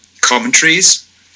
commentaries